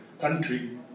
country